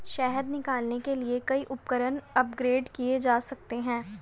शहद निकालने के लिए कई उपकरण अपग्रेड किए जा सकते हैं